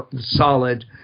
solid